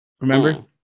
Remember